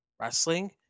wrestling